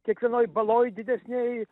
kiekvienoj baloj didesnėj